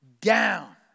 down